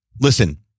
Listen